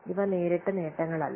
ഇവ നേരിട്ട് നേട്ടങ്ങളല്ല